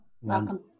Welcome